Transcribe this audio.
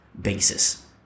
basis